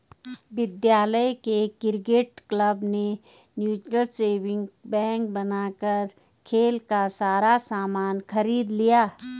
विद्यालय के cricket club ने म्यूचल सेविंग बैंक बनाकर खेल का सारा सामान खरीद लिया